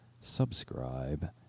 subscribe